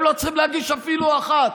לא צריך להגיש אפילו אחת,